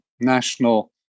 national